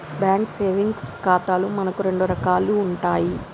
bank savings ఖాతాలు మనకు రెండు రకాలు ఉంటాయి